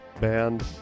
band